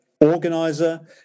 organiser